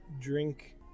drink